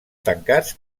tancats